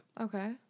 okay